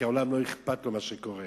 כי לעולם לא אכפת ממה שקורה.